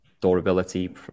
durability